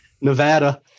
Nevada